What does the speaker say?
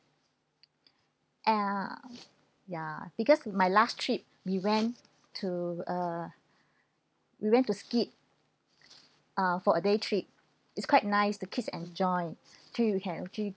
ya ya because my last trip we went to uh we went to ski uh for a day trip it's quite nice the kids enjoyed through you can actually